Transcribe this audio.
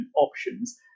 options